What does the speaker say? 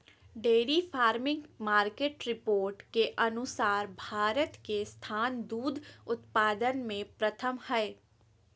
dairy farming market report के अनुसार भारत के स्थान दूध उत्पादन में प्रथम हय